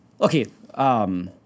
Okay